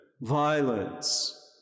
violence